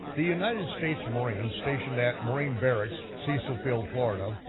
the united states marines stationed at marine barracks, cecil field, florida,